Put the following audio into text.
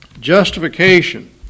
Justification